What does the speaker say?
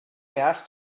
asked